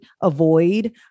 avoid